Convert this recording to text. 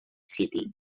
city